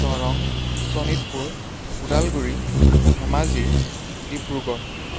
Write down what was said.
Darrang Sonitpur Udalguri Dhemaji Dibrugarh